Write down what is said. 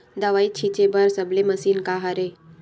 दवाई छिंचे बर सबले मशीन का हरे?